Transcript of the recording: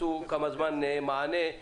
כמה זמן מענה.